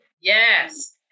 Yes